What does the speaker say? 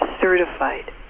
certified